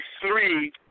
three